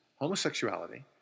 homosexuality